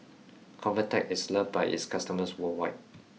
convatec is loved by its customers worldwide